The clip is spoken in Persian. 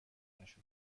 نشد